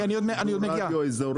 אני אגיע לזה.